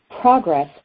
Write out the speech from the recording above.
progress